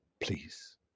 please